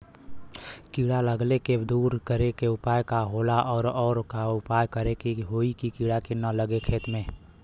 कीड़ा लगले के दूर करे के उपाय का होला और और का उपाय करें कि होयी की कीड़ा न लगे खेत मे?